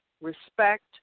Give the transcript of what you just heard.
respect